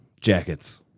Jackets